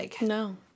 No